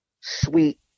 sweet